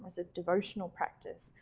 a devotional practice,